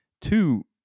Two